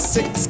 Six